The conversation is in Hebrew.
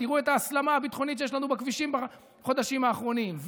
ותראו את ההסלמה הביטחונית שיש לנו בכבישים בחודשים האחרונים.